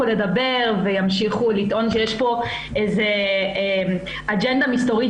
לדבר וימשיכו לטעון שיש פה איזו אג'נדה מסתורית